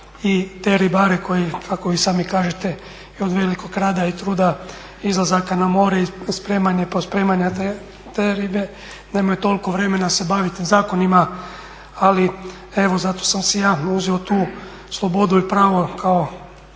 i te ribare koji, kako i sami kažete, je od velikog rada i truda, izlazaka na more, spremanja i pospremanja te ribe, nemaju toliko vremena se baviti zakonima, ali evo zato sam si ja uzeo tu slobodu i pravo kao